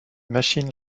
machines